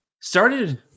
started